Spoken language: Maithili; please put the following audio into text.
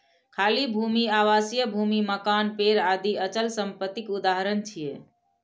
खाली भूमि, आवासीय भूमि, मकान, पेड़ आदि अचल संपत्तिक उदाहरण छियै